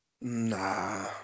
nah